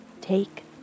take